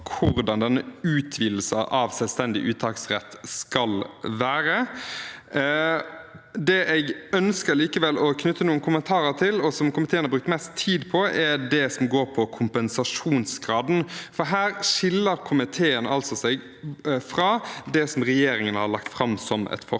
hvordan utvidelsen av selvstendig uttaksrett skal være. Det jeg likevel ønsker å knytte noen kommentarer til, og som komiteen har brukt mest tid på, er det som går på kompensasjonsgraden, for her skiller komiteen seg fra det forslaget som regjeringen har lagt fram. Komiteen